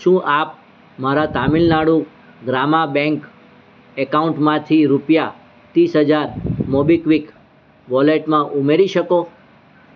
શું આપ મારા તામિલનાડુ ગ્રામા બેંક એકાઉન્ટમાંથી રૂપિયા ત્રીસ હજાર મોબીક્વિક વોલેટમાં ઉમેરી શકો